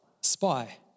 Spy